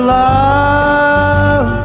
love